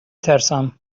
ترسم